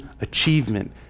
achievement